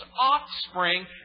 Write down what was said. offspring